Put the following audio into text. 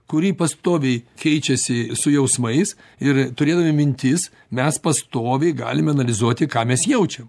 kuri pastoviai keičiasi su jausmais ir turėdami mintis mes pastoviai galim analizuoti ką mes jaučiam